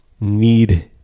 need